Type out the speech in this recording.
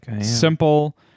simple